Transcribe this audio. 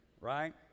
right